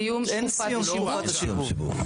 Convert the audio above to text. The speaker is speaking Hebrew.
אין סיום תקופת השיבוב.